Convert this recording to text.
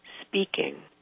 speaking